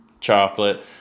chocolate